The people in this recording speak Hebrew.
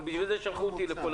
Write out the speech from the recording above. בשביל זה שלחו אותי לפה,